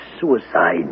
suicide